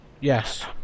Yes